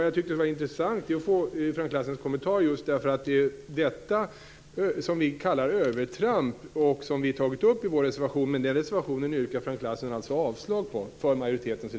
Jag tycker alltså att det skulle vara intressant att få höra Frank Lassens kommentar.